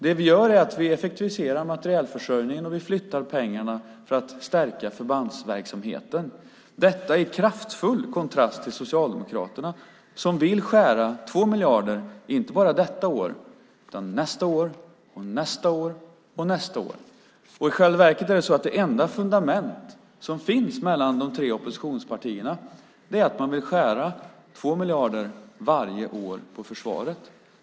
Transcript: Det vi gör är att vi effektiviserar materielförsörjningen och flyttar pengarna för att stärka förbandsverksamheten. Detta är i kraftfull kontrast till Socialdemokraterna, som vill skära 2 miljarder, inte bara detta år utan nästa år och nästa år och nästa år. I själva verket är det enda fundament som finns mellan de tre oppositionspartierna att man vill skära 2 miljarder varje år på försvaret.